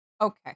okay